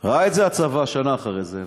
ראה את זה הצבא שנה אחרי זה,